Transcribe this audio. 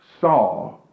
saw